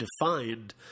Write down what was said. defined